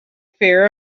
fear